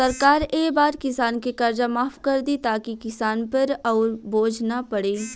सरकार ए बार किसान के कर्जा माफ कर दि ताकि किसान पर अउर बोझ ना पड़े